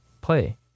play